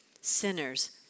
sinners